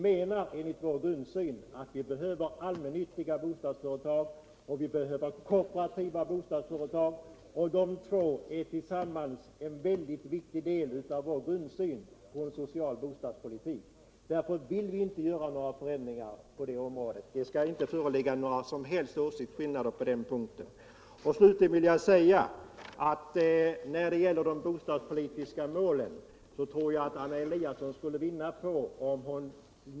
Det är vår grundsyn att vi behöver så väl allmännyttiga bostadsföretag som kooperativa bostadsföretag. De två bildar enligt vår mening grunden för. en social bostadspolitik. Därför vill vi inte företa några förändringar på det området. När det gäller de bostadspolitiska målen vill jag slutligen säga att jag tror att Anna Fliasson skulle vinna på att skilja mellan andra bostadsrätter och bostadsrätter inom bostadskooperationen. Det är mycket viktigt att hålla isär de begreppen i den bostadspolitiska debatten. Det förekommer nämligen många avarter av bostadsrätter i det svenska samhället. Herr talman!